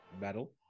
battle